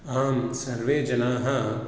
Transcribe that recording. अहं सर्वे जनाः